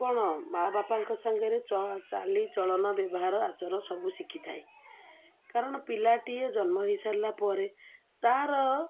କ'ଣ ମାଆ ବାପାଙ୍କ ସାଙ୍ଗରେ ଚ ଚାଲି ଚଳନ ବ୍ୟବହାର ଆଚର ସବୁ ଶିଖିଥାଏ କାରଣ ପିଲାଟିଏ ଜନ୍ମ ହେଇସାରିଲା ପରେ ତା'ର